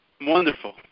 Wonderful